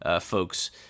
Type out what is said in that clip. folks